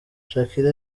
shakira